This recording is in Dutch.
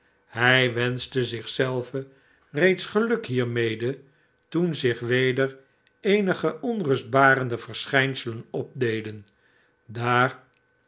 hij wenschte zich zelven reeds geluk hiermede toen zich weder eenige onrustbarende verschijnselen opdeden daar